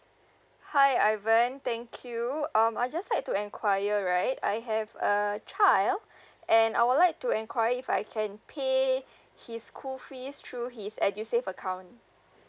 hi ivan thank you um I just like to inquire right I have a child and I would like to inquire if I can pay his schoold fees through his edusave account